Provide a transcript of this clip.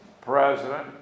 president